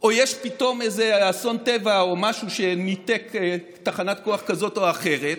או יש פתאום איזה אסון טבע או משהו שניתק תחנת כוח זו או אחרת,